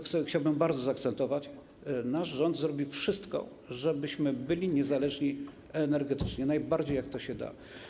Chciałbym to bardzo zaakcentować: nasz rząd zrobi wszystko, żebyśmy byli niezależni energetycznie, najbardziej jak to się da.